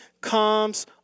comes